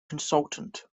consultant